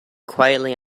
quietly